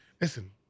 Listen